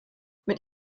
mit